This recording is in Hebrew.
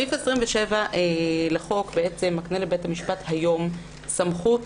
סעיף 27 לחוק מקנה לבית המשפט היום סמכות